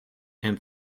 and